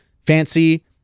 fancy